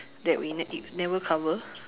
that we ne~ never cover